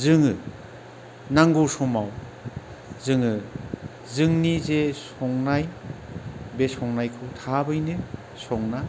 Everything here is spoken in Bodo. जोङो नांगौ समाव जोङो जोंनि जे संनाय बे संनायखौ थाबैनो संना